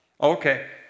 Okay